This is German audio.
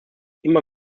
immer